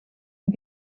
and